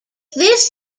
this